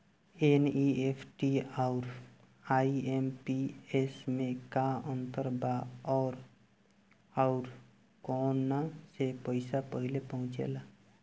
NEFT आउर IMPS मे का अंतर बा और आउर कौना से पैसा पहिले पहुंचेला?